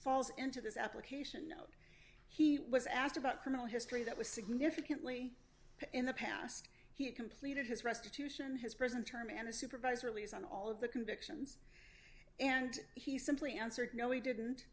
falls into this application he was asked about criminal history that was significantly in the past he completed his restitution his prison term and a supervised release on all of the convictions and he simply answered no he didn't